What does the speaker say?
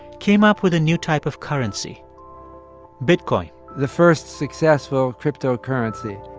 came up with a new type of currency bitcoin the first successful cryptocurrency.